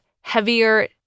heavier